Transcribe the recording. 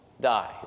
die